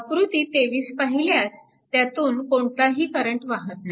आकृती 23 पाहिल्यास त्यातून कोणताही करंट वाहत नाही